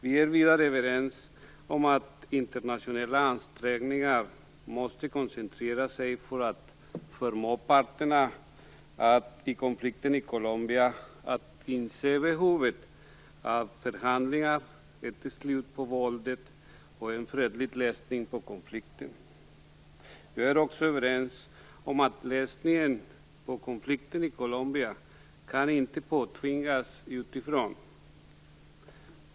Vi är vidare överens om att internationella ansträngningar måste koncentrera sig på att förmå parterna i konflikten i Colombia att inse behovet av förhandlingar, ett slut på våldet och en fredlig lösning på konflikten. Vi är också överens om att lösningen på konflikten i Colombia inte kan påtvingas utifrån.